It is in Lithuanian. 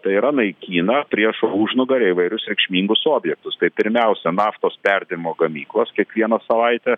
tai yra naikina priešo užnugarį įvairius reikšmingus objektus tai pirmiausia naftos perdirbimo gamyklos kiekvieną savaitę